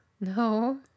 no